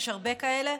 יש הרבה כאלה,